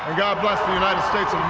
god bless the united states